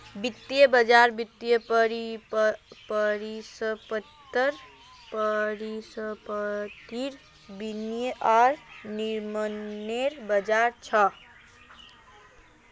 वित्तीय बज़ार वित्तीय परिसंपत्तिर विनियम आर निर्माणनेर बज़ार छ